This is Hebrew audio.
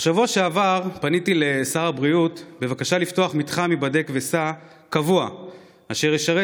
בשבוע שעבר פניתי לשר הבריאות בבקשה לפתוח מתחם "היבדק וסע" קבוע אשר ישרת